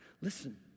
Listen